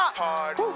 party